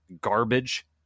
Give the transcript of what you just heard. garbage